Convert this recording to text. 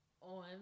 on